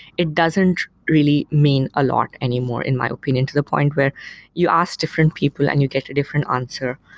it doesn't really mean a lot anymore in my opinion to the point where you ask different people and you get a different answer,